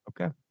Okay